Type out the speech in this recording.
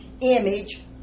image